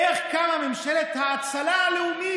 ושהתקשורת דוממת.